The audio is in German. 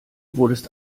wurdest